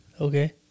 Okay